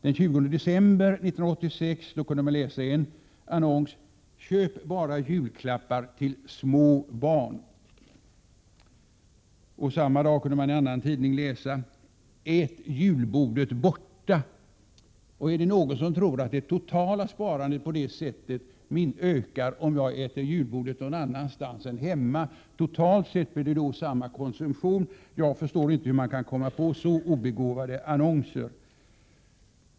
Den 20 december 1986 kunde man i en annons läsa: ”Köp bara julklappar till små barn.” I en annan tidning samma dag kunde man läsa: ”Ät julbordet borta.” Är det någon som tror att det totala sparandet ökar om jag äter maten på julbordet någon annanstans än hemma? Totalt sett blir det ju samma konsumtion. Jag förstår inte hur någon kan skriva så obegåvade annonser.